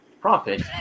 Profit